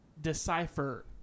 decipher